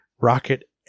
Rocket